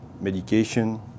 medication